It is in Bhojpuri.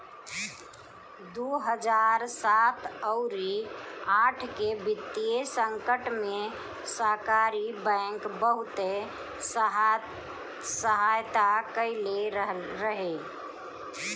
दू हजार सात अउरी आठ के वित्तीय संकट में सहकारी बैंक बहुते सहायता कईले रहे